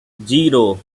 zero